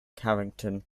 carrington